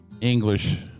English